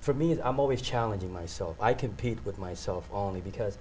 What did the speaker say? for me as i'm always challenging myself i compete with myself only because